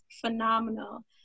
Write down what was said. phenomenal